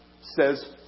says